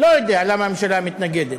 לא יודע למה הממשלה מתנגדת,